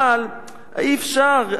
אבל אי-אפשר,